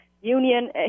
union